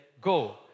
Go